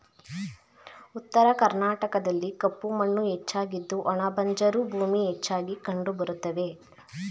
ಉತ್ತರ ಕರ್ನಾಟಕದಲ್ಲಿ ಕಪ್ಪು ಮಣ್ಣು ಹೆಚ್ಚಾಗಿದ್ದು ಒಣ ಬಂಜರು ಭೂಮಿ ಹೆಚ್ಚಾಗಿ ಕಂಡುಬರುತ್ತವೆ